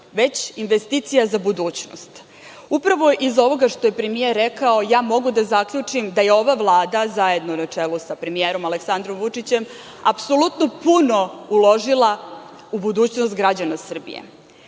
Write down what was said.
već investicija za budućnost. Upravo iz ovoga što je premijer rekao ja mogu da zaključim da je ova Vlada, zajedno na čelu sa premijerom Aleksandrom Vučićem, apsolutno puno uložila u budućnost građana Srbije.